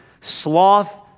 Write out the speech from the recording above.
Sloth